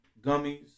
gummies